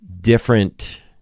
different